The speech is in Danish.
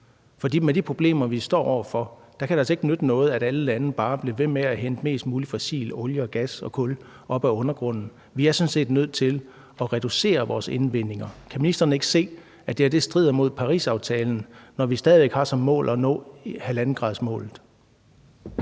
For med de problemer, vi står over for, kan det altså ikke nytte noget, at alle lande bare bliver ved med at hente mest muligt fossilt olie, gas og kul op af undergrunden. Vi er sådan set nødt til at reducere vores indvindinger. Kan ministeren ikke se, at det her strider mod Parisaftalen, når vi stadig væk har som målsætning at nå 1,5 gradersmålet?